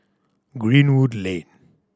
Greenwood Lane